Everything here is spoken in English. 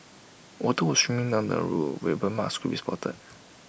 water was streaming down the roof where burn marks could be spotted